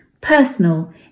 personal